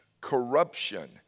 corruption